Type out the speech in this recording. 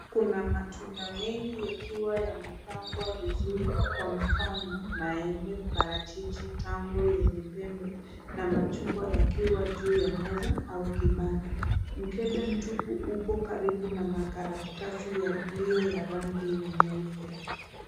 Kuna matunda mengi yakiwa yamepangwa vizuri, kwa mfano maembe, parachichi, tango lenye pembe, na machungwa yakiwa juu ya meza au kibanda. Mkebe mtupu upo karibu na makaratasi yaliyo na rangi nyeupe.